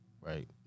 right